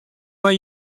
mei